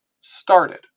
started